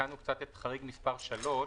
תיקנו קצת את חריג מספר 3,